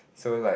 so like